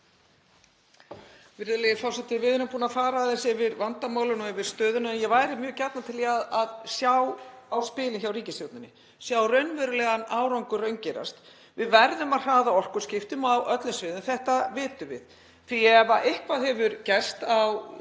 Við erum búin að fara aðeins yfir vandamálin og yfir stöðuna en ég væri mjög gjarnan til í að sjá á spilin hjá ríkisstjórninni, sjá raunverulegan árangur raungerast. Við verðum að hraða orkuskiptum á öllum sviðum, þetta vitum við, því að ef eitthvað hefur gerst á